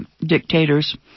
dictators